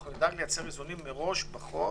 אנחנו נדאג לייצר איזונים מראש בחוק